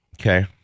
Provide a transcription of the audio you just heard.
Okay